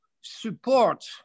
support